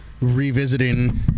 revisiting